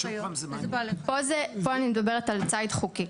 פה אני מדברת על ציד חוקי.